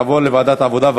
לדיון מוקדם בוועדת העבודה,